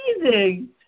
amazing